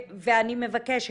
ואני מבקשת,